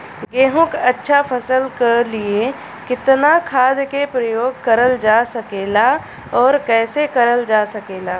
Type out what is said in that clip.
गेहूँक अच्छा फसल क लिए कितना खाद के प्रयोग करल जा सकेला और कैसे करल जा सकेला?